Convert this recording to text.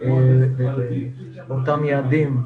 באותם יעדים.